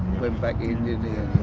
went back in, didn't he.